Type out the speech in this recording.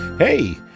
Hey